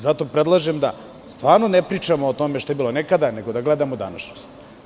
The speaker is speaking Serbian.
Zato predlažem da stvarno ne pričamo o tome šta je bilo nekada, nego da gledamo današnjost.